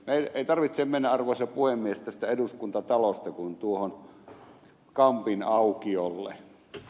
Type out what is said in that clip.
meidän ei tarvitse mennä arvoisa puhemies tästä eduskuntatalosta kuin tuohon kampin aukiolle